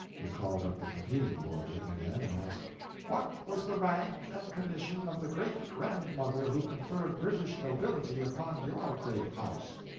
he called up the competing lordling again, and asked what was the rank and condition of the great-grandmother who conferred british nobility upon your great house?